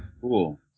Cool